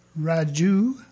Raju